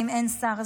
אם אין שר,